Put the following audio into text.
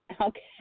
Okay